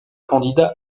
candidats